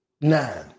Nine